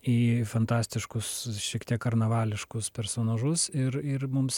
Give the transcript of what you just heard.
į fantastiškus šiek tiek karnavališkus personažus ir ir mums